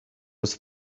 was